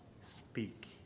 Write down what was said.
speak